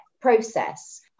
process